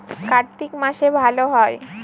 কার্তিক মাসে ভালো হয়?